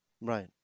right